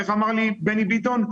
איך אמר לי בני ביטון?